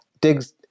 digs